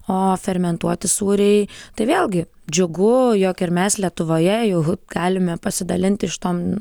o fermentuoti sūriai tai vėlgi džiugu jog ir mes lietuvoje jau galime pasidalinti šitom